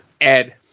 Ed